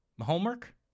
homework